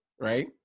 right